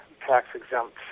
tax-exempt